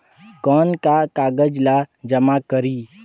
कौन का कागज ला जमा करी?